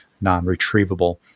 non-retrievable